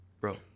bro